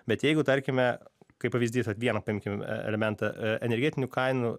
bet jeigu tarkime kaip pavyzdys vat vieną paimkim elementą energetinių kainų